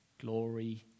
glory